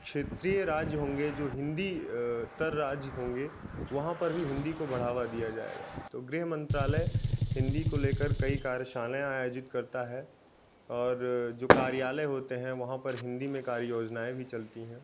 जो क्षेत्रीय राज होंगे जो हिंदी तर राज्य होंगे वहाँ पर भी हिंदी को बढ़ावा दिया जाएगा तो गृह मंत्रालय हिंदी को लेकर कई कार्यशालाएं आयोजित करता है और जो कार्यालय होते हैं वहाँ पर हिंदी में कार्ययोजनाएँ भी चलती हैं